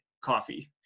coffee